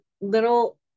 little